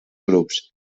grups